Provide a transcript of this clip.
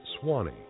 Swanee